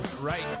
Right